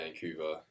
Vancouver